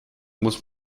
muss